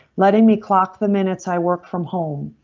letting me clock the minutes i work from home.